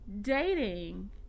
Dating